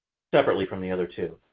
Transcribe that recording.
separately from the other two.